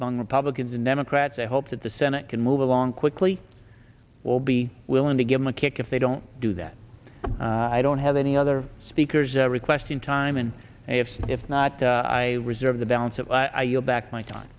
among republicans and democrats hope that the senate can move along quickly will be willing to give them a kick if they don't do that i don't have any other speakers every question time and a half if not i reserve the balance of i yield back my time